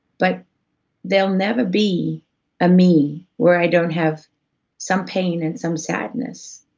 but there'll never be a me where i don't have some pain, and some sadness,